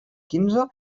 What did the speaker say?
quinze